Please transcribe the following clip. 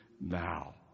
Now